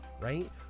right